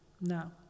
Now